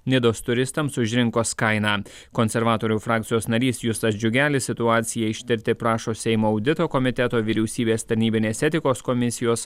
nidos turistams už rinkos kainą konservatorių frakcijos narys justas džiugelis situaciją ištirti prašo seimo audito komiteto vyriausybės tarnybinės etikos komisijos